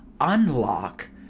unlock